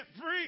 free